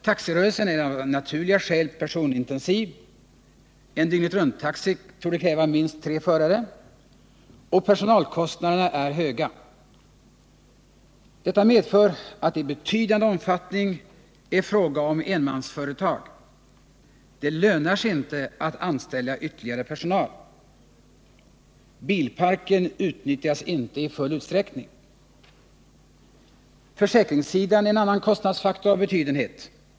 Taxirörelsen är av naturliga skäl personalintensiv — en dygnetrunttaxi torde kräva minst tre förare — och personalkostnaderna är höga. Detta medför att det i betydande omfattning är fråga om enmansföretag — det lönar sig inte att anställa ytterligare personal. Bilparken utnyttjas inte i full utsträckning. Försäkringssidan är en annan kostnadsfaktor av betydenhet.